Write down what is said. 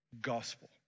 gospel